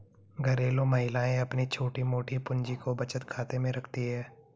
घरेलू महिलाएं अपनी छोटी मोटी पूंजी को बचत खाते में रखती है